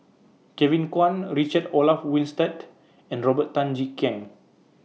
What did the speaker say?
Kevin Kwan Richard Olaf Winstedt and Robert Tan Jee Keng